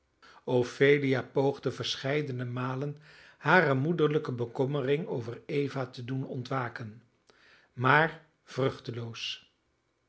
ophelia poogde verscheidene malen hare moederlijke bekommering over eva te doen ontwaken maar